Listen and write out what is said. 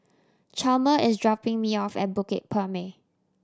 Chalmer is dropping me off at Bukit Purmei